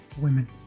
women